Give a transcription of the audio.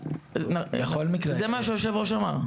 זה מה שהיושב ראש אמר.